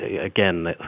again